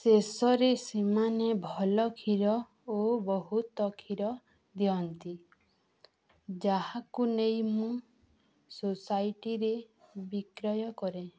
ଶେଷରେ ସେମାନେ ଭଲ କ୍ଷୀର ଓ ବହୁତ କ୍ଷୀର ଦିଅନ୍ତି ଯାହାକୁ ନେଇ ମୁଁ ସୋସାଇଟିରେ ବିକ୍ରୟ କରେ